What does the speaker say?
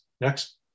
Next